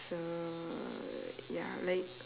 so ya like